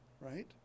right